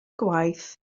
gwaith